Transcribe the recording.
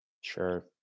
Sure